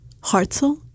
Hartzell